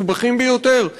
מסובכים ביותר.